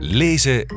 lezen